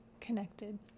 connected